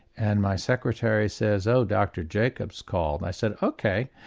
and my secretary says oh dr jacobs called. and i said ok,